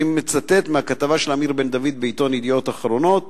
אני מצטט מהכתבה של אמיר בן-דוד בעיתון "ידיעות אחרונות".